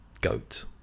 goat